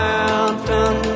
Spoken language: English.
Mountain